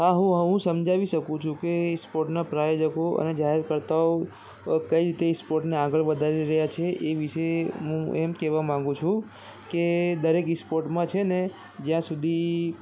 હા હું હા હું સમજાવી શકું છું કે સ્પોર્ટના પ્રાયોજકો અને જાહેરકર્તાઓ કઈ રીતે સ્પોર્ટને આગળ વધારી રહ્યા છે એ વિશે હું એમ કેવા માંગુ છું કે દરેક ઈ સ્પોર્ટ્સમાં છે ને જ્યાં સુધી